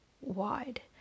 wide